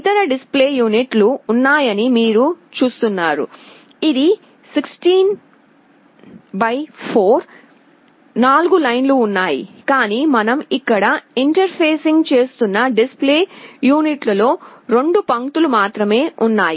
ఇతర display unit లు ఉన్నాయని మీరు చూస్తున్నారు ఇది 16 బై 4 4 లైన్లు ఉన్నాయి కాని మనం ఇక్కడ ఇంటర్ఫేసింగ్ చేస్తున్న డిస్ప్లే యూనిట్ లో 2 పంక్తులు మాత్రమే ఉన్నాయి